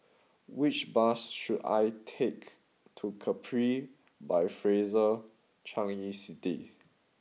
which bus should I take to Capri by Fraser Changi City